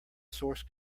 source